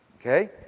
Okay